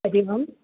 हरिः ओम्